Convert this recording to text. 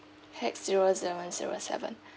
hex zero seven zero seven